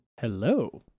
Hello